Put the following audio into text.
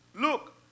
Look